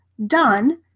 done